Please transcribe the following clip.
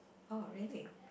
oh really